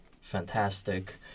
fantastic